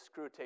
Screwtape